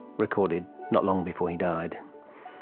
recorded not long before he died.